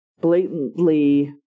blatantly